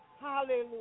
Hallelujah